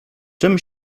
czym